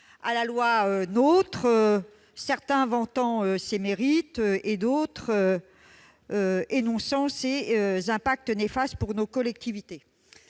à la loi NOTRe, certains vantant ses mérites, d'autres dénonçant ses effets néfastes pour nos collectivités.